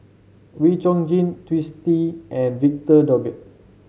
Wee Chong Jin Twisstii and Victor Doggett